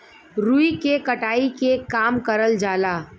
रुई के कटाई के काम करल जाला